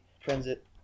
transit